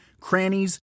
crannies